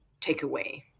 takeaway